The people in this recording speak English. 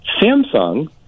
Samsung